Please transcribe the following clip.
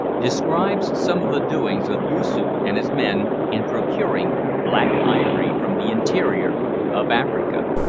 describes some of the doings of yoosoof and his men in procuring black ivory from the interior of africa.